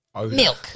milk